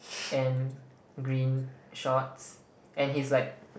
and green shorts and he's like